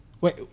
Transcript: Wait